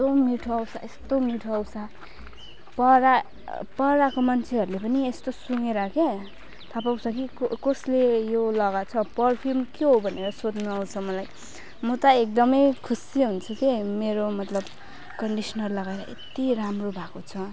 यस्तो मिठो आउँछ यस्तो मिठो आउँछ पर परको मान्छेहरूले पनि यस्तो सुँघेर क्या थाहा पाउँछ कि को कसले यो लगाएको छ पर्फ्युम के हो भनेर सोध्नु आउँछ मलाई म त एकदम खुसी हुन्छु कि मेरो मतलब कन्डिसनर लगाएर यति राम्रो भएको छ